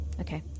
okay